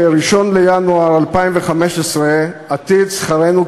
ב-1 בינואר 2015 עתיד שכרנו,